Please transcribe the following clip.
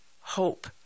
hope